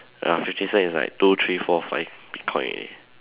ya fifty cents is like two three four five bitcoin already